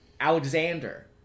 Alexander